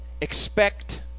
expect